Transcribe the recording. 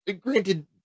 granted